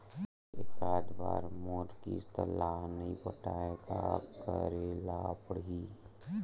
एकात बार मोर किस्त ला नई पटाय का करे ला पड़ही?